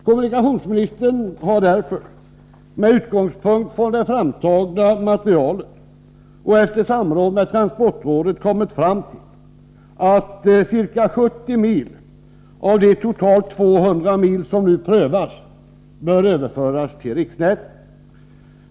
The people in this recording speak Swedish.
Kommunikationsministern har därför med utgångspunkt i det framtagna materialet och efter samråd med transportrådet kommit fram till att ca 70 mil av de totalt 200 mil som nu prövas bör överföras till riksnätet.